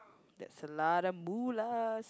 that's another